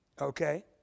Okay